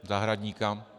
Zahradníka?